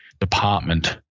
department